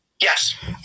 Yes